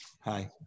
Hi